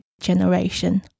generation